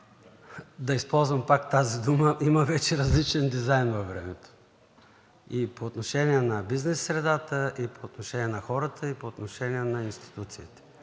да използвам пак тази дума, има вече различен дизайн във времето – и по отношение на бизнес средата, и по отношение на хората, и по отношение на институцията.